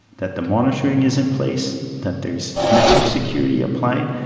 that the monitoring is in place, that there's network security applied.